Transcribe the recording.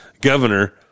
governor